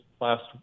last